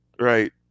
right